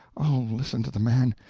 oh, listen to the man!